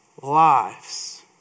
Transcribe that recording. lives